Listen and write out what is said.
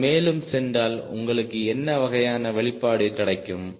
நீங்கள் மேலும் சென்றால் உங்களுக்கு என்ன வகையான வெளிப்பாடு கிடைக்கும்